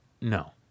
no